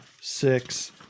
six